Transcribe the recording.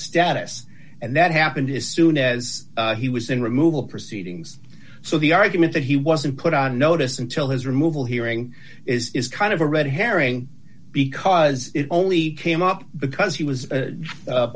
status and that happened his soon as he was in removal proceedings so the argument that he wasn't put on notice until his removal hearing is kind of a red herring because it only came up because he was